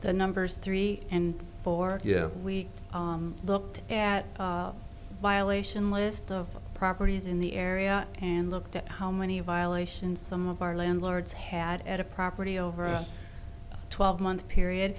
the numbers three and four yeah we looked at violation list of properties in the area and looked at how many violations some of our landlords had at a property over a twelve month period